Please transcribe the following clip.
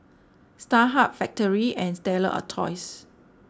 Starhub Factorie and Stella Artois